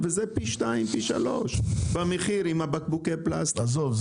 וזה פי שניים-פי שלושה במחיר עם בקבוקי הפלסטיק --- עזוב,